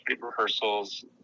rehearsals